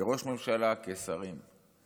כראש ממשלה, כשרים,